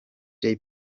jay